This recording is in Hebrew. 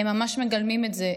הם ממש מגלמים את זה.